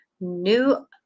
new